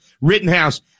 Rittenhouse